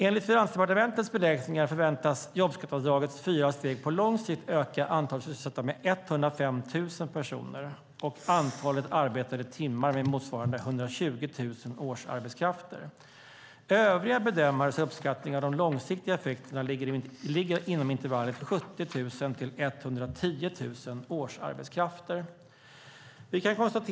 Enligt Finansdepartementets beräkningar förväntas jobbskatteavdragets fyra steg på lång sikt öka antalet sysselsatta med 105 000 personer och antalet arbetade timmar med motsvarande 120 000 årsarbetskrafter. Övriga bedömares uppskattning av de långsiktiga effekterna ligger inom intervallet 70 000-110 000 årsarbetskrafter.